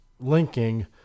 linking